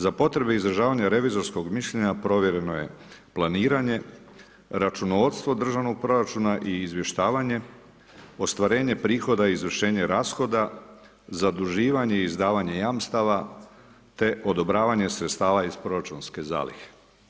Za potrebe izražavanja revizorskog mišljenja provjereno je planiranje, računovodstvo državnog proračuna i izvještavanje, ostvarenje prihoda i izvršenje rashoda, zaduživanje i izdavanje jamstava te odobravanje sredstava iz proračunske zalihe.